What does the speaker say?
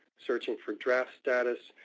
searching for draft status,